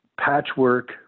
patchwork